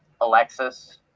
Alexis